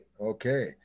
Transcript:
okay